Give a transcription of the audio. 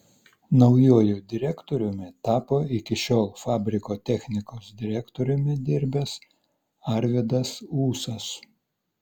naujuoju direktoriumi tapo iki šiol fabriko technikos direktoriumi dirbęs arvydas ūsas